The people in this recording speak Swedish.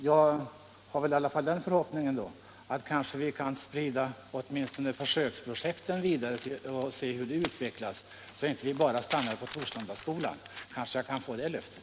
Jag har den förhoppningen att vi kan arbeta vidare åtminstone på försöksprojekt och se hur de utvecklas och att vi inte bara stannar vid Torslandaskolan. Jag kanske i alla fall kan få det löftet.